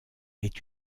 est